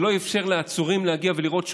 שלא יאפשר לעצורים להגיע ולראות שופט,